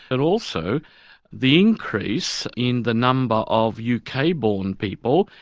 and also the increase in the number of uk-born people,